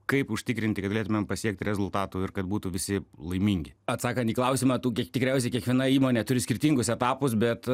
kaip užtikrinti galėtumėm pasiekti rezultatų ir kad būtų visi laimingi atsakant į klausimą kiek tikriausiai kiekviena įmonė turi skirtingus etapus bet